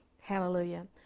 Hallelujah